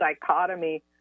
dichotomy